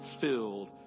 filled